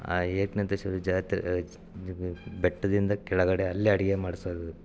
ಆ ಎಕನಾಥೇಶ್ವರಿ ಜಾತ್ರೆ ಬೆಟ್ಟದಿಂದ ಕೆಳಗಡೆ ಅಲ್ಲೇ ಅಡಿಗೆ ಮಾಡ್ಸೋದು